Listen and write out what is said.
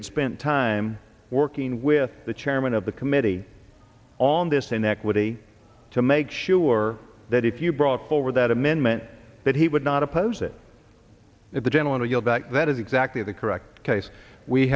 had spent time working with the chairman of the committee on this inequity to make sure that if you brought over that amendment that he would not oppose it at the general and you know that that is exactly the correct case we